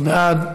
מי בעד?